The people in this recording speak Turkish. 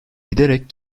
giderek